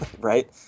right